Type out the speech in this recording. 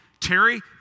Terry